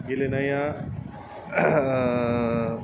गेलेनाया